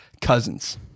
Cousins